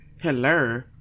Hello